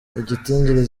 igitigiri